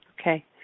Okay